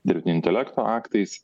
dirbtinio intelekto aktais